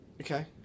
Okay